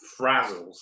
frazzles